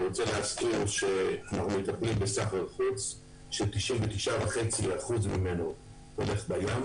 אני רוצה להזכיר שאנחנו מטפלים בסחר חוץ ש-99% ממנו הולך בים.